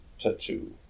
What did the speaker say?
tattoo